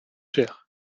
cher